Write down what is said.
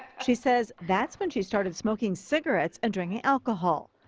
she says that's when she started smoking cigarettes and drinking alcohol.